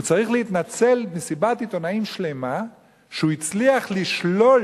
והוא צריך להתנצל מסיבת עיתונאים שלמה שהוא הצליח לשלול